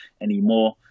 anymore